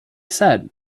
said